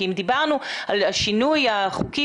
כי אם דיברנו על השינוי החוקי,